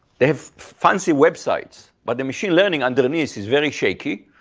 they have fancy websites, but the machine learning underneath is very shaky.